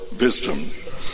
wisdom